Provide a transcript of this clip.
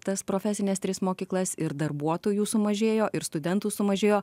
tas profesines tris mokyklas ir darbuotojų sumažėjo ir studentų sumažėjo